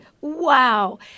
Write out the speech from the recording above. wow